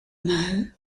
maheu